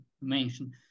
mention